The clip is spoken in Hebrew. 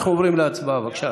אנחנו עוברים להצבעה, בבקשה.